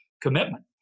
commitment